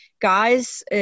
guys